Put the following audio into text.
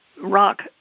rock